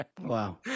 Wow